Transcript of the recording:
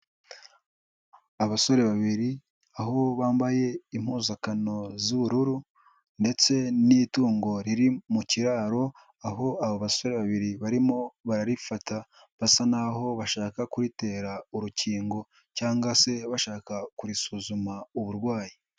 Abasore babiri aho bambaye impuzankano z'ubururu ndetse n'itungo riri mu kiraro, aho abo basore babiri barimo bararifata basa n'aho bashaka kuritera urukingo cyangwa se bashaka kurisuzuma uburwayi.